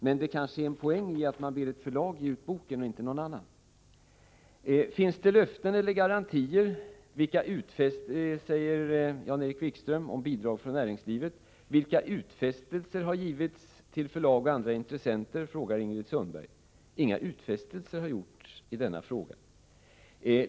Men det kanske är en poängi att man ber ett förlag och inte någon annan att ge ut en bok. Finns det löften och garantier?, frågar Jan-Erik Wikström beträffande bidrag till näringslivet. Vilka utfästelser har givits till förlag och andra intressenter?, frågar Ingrid Sundberg. Inga utfästelser har gjorts i denna fråga.